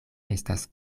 estas